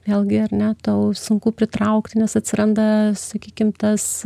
vėlgi ar ne tau sunku pritraukti nes atsiranda sakykim tas